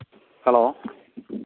hello